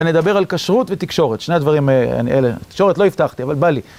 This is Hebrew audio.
אני אדבר על כשרות ותקשורת, שני הדברים האלה. תקשורת לא הבטחתי, אבל בא לי.